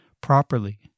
properly